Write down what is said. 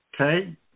Okay